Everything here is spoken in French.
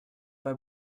pas